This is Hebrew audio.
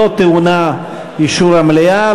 לא טעונה אישור המליאה,